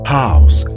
house